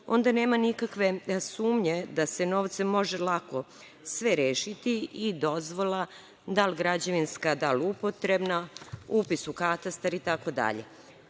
onda nema nikakve sumnje da se novcem može lako sve rešiti, i dozvola, da li građevinska, da li upotrebna, upis u katastar itd.